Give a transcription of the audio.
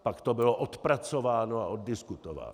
Pak to bylo odpracováno a oddiskutováno.